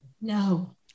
No